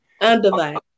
Undivided